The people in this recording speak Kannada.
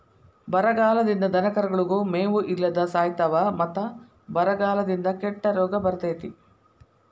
ಬರಗಾಲದಿಂದ ದನಕರುಗಳು ಮೇವು ಇಲ್ಲದ ಸಾಯಿತಾವ ಮತ್ತ ಬರಗಾಲದಿಂದ ಕೆಟ್ಟ ರೋಗ ಬರ್ತೈತಿ